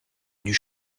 venus